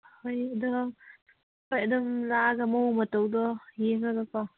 ꯍꯣꯏ ꯑꯗꯣ ꯍꯣꯏ ꯑꯗꯨꯝ ꯂꯥꯛꯑꯒ ꯃꯑꯣꯡ ꯃꯇꯧꯗꯣ ꯌꯦꯡꯉꯒꯀꯣ